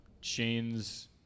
Shane's